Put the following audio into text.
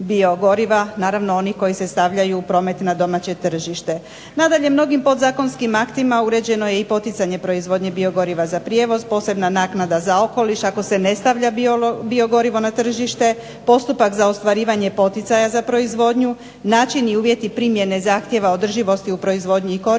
naravno oni koji se stavljaju u promet na domaće tržište. Nadalje, mnogim podzakonskim aktima uređeno je i poticanje proizvodnje biogoriva za prijevoz, posebna naknada za okoliš ako se ne stavlja biogorivo na tržište, postupak za ostvarivanje poticaja za proizvodnju, način i uvjeti primjene zahtjeva održivosti u proizvodnji i korištenju,